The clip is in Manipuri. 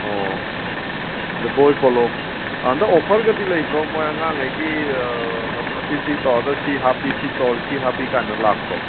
ꯑꯣ ꯑꯗ ꯕꯣꯏ ꯀꯣꯂꯣꯝ ꯑꯥ ꯍꯟꯗꯛ ꯑꯣꯐꯔꯒꯗꯤ ꯂꯩꯕꯔꯣ ꯃꯣꯏ ꯑꯉꯥꯈꯩꯒꯤ ꯁꯤꯁꯤ ꯇꯧꯔꯒ ꯁꯤ ꯍꯥꯞꯄꯤ ꯁꯤ ꯇꯧꯔꯗꯤ ꯁꯤ ꯍꯥꯞꯄꯤ ꯀꯥꯏꯅ ꯂꯥꯛꯄ꯭ꯔꯣ